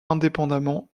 indépendamment